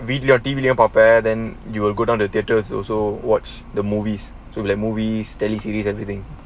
we your deeply per pair then you will go down to the theaters also watch the movies too like movies telling series everything